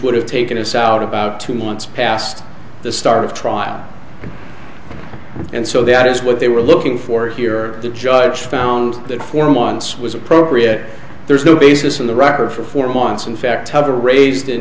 would have taken us out about two months past the start of trial and so that is what they were looking for here the judge found that four months was appropriate there's no basis in the record for four months and facts have to raised in